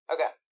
Okay